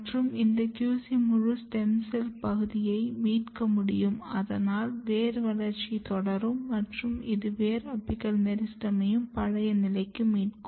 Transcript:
மற்றும் இந்த QC முழு ஸ்டெம் செல் பகுதியையும் மீட்க முடியும் அதனால் வேர் வளர்ச்சி தொடரும் மற்றும் இது வேர் அபிக்கல் மெரிஸ்டெமையும் பழைய நிலைக்கு மீட்கும்